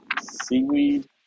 seaweed